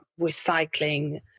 recycling